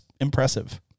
impressive